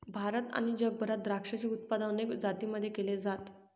भारत आणि जगभरात द्राक्षाचे उत्पादन अनेक जातींमध्ये केल जात